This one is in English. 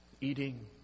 eating